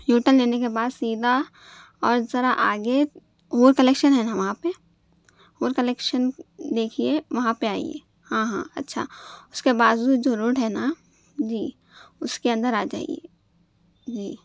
you turn لینے کے بعد سیدھا اور ذرا آگے اور کلکشن ہے نا وہاں پہ اور کلکشن دیکھیے وہاں پہ آئیے ہاں ہاں اچھا اس کے بازو جو روڈ ہے نا جی اس کے اندر آ جائیے جی